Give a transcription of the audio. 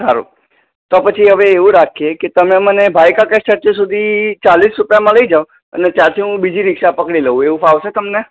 સારું તો પછી હવે એવું રાખીએ કે તમે મને ભાઈકાકા સ્ટેચ્યુ સુધી ચાળીસ રૂપિયામાં લઈ જાઓ અને ત્યાંથી હું બીજી રિક્ષા પકડી લઉં એવું ફાવશે તમને